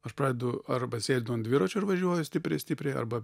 aš pradedu arba sėdu ant dviračio ir važiuoju stipriai stipriai arba